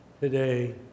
today